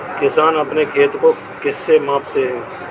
किसान अपने खेत को किससे मापते हैं?